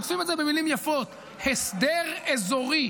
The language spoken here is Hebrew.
עוטפים את זה במילים יפות: "הסדר אזורי".